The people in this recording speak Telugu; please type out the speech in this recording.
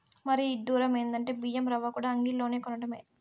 మరీ ఇడ్డురం ఎందంటే బియ్యం రవ్వకూడా అంగిల్లోనే కొనటమే